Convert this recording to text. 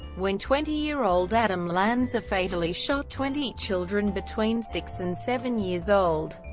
when twenty year old adam lanza fatally shot twenty children between six and seven years old,